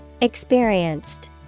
Experienced